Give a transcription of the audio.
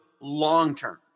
long-term